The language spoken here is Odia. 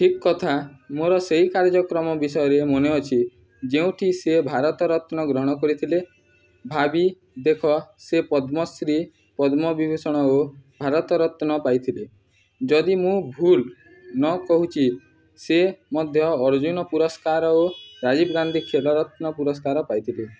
ଠିକ୍ କଥା ମୋର ସେଇ କାର୍ଯ୍ୟକ୍ରମ ବିଷୟରେ ମନେ ଅଛି ଯେଉଁଠି ସେ ଭାରତ ରତ୍ନ ଗ୍ରହଣ କରିଥିଲେ ଭାବି ଦେଖ ସେ ପଦ୍ମଶ୍ରୀ ପଦ୍ମ ବିଭୂଷଣ ଓ ଭାରତ ରତ୍ନ ପାଇଥିଲେ ଯଦି ମୁଁ ଭୁଲ୍ ନ କହୁଛି ସେ ମଧ୍ୟ ଅର୍ଜୁନ ପୁରସ୍କାର ଓ ରାଜୀବ ଗାନ୍ଧୀ ଖେଳ ରତ୍ନ ପୁରସ୍କାର ପାଇଥିଲେ